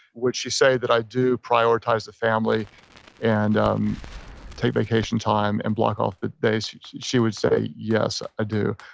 would she say that i do prioritize the family and um take vacation time and block off the days. she would say yes i do.